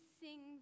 sing